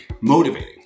motivating